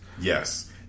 Yes